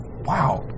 Wow